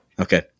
Okay